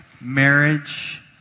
marriage